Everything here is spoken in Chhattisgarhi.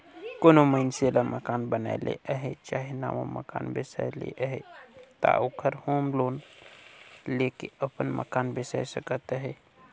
कोनो मइनसे ल मकान बनाए ले अहे चहे नावा मकान बेसाए ले अहे ता ओहर होम लोन लेके अपन मकान बेसाए सकत अहे